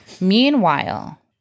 Meanwhile